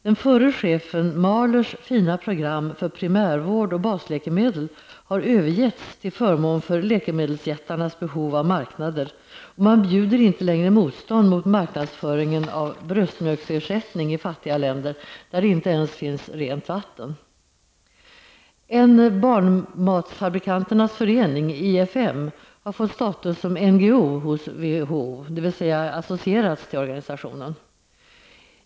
Den förra chefen Mahlers fina program för primärvård och basläkemedel har övergetts till förmån för läkemedelsjättarnas behov av marknader, och man bjuder inte längre motstånd mot marknadsföringen av bröstmjölksersättning i fattiga länder, där det inte ens finns rent vatten! En barnmatsfabrikanternas rening, IFM, har fått status som NGO hos WHO, dvs. den har associerats till organisationen.